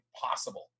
possible